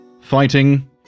fighting